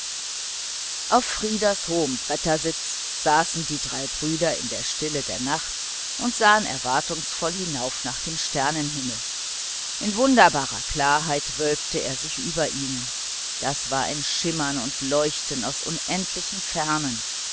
auf frieders hohem brettersitz saßen die drei brüder in der stille der nacht und sahen erwartungsvoll hinauf nach dem sternenhimmel in wunderbarer klarheit wölbte er sich über ihnen das war ein schimmern und leuchten aus unendlichen fernen